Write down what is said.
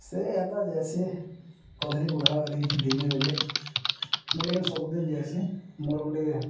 ସେ ଏନ୍ତା ଯାଏସି କଧୀ କୁଧା କରିି ଦିନେ ବେଲେ ମୁଁ ଲି ସବୁଦିନ ଯାଇଏସି ମୋର ଗୋଟେ